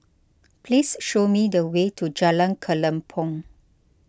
please show me the way to Jalan Kelempong